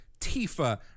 Tifa